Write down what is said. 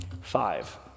Five